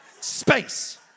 Space